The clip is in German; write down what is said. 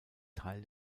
teil